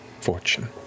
fortune